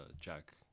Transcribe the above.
Jack